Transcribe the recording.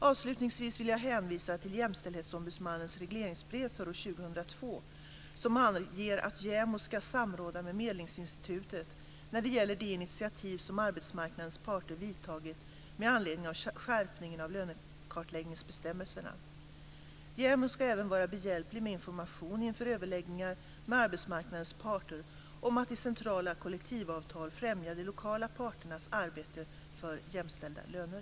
Avslutningsvis vill jag hänvisa till Jämställdhetsombudsmannens regleringsbrev för år 2002 som anger att JämO ska samråda med Medlingsinstitutet när det gäller de initiativ som arbetsmarknadens parter vidtagit med anledning av skärpningen av lönekartläggningsbestämmelserna. JämO ska även vara behjälplig med information inför överläggningar med arbetsmarknadens parter om att i centrala kollektivavtal främja de lokala parternas arbete för jämställda löner.